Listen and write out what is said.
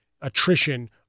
attrition